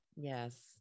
Yes